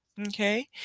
Okay